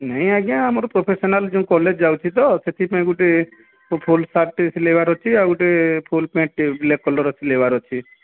ନାଇଁ ଆଜ୍ଞା ଆମର ପ୍ରୋଫେସନାଲ୍ ଯେଉଁ କଲେଜ୍ ଯାଉଛି ତ ସେଥିପାଇଁ ଗୋଟେ ମୁଁ ଫୁଲ୍ ସାର୍ଟ୍ ଟେ ସିଲେଇବାର ଅଛି ଆଉ ଗୋଟେ ଫୁଲ୍ ପ୍ୟାଣ୍ଟ୍ ଟେ ବ୍ଲାକ୍ କଲର୍ ସିଲେଇବାର ଅଛି